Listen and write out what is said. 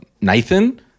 Nathan